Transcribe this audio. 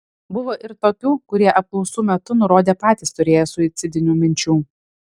buvo ir tokių kurie apklausų metu nurodė patys turėję suicidinių minčių